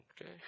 Okay